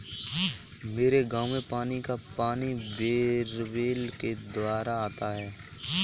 मेरे गांव में पीने का पानी बोरवेल के द्वारा आता है